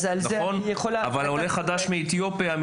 אבל עולה חדש מאתיופיה,